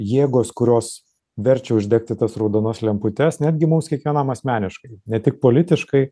jėgos kurios verčia uždegti tas raudonas lemputes netgi mums kiekvienam asmeniškai ne tik politiškai